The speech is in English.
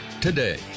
today